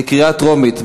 קריאה טרומית.